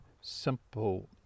simple